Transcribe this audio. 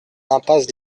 impasse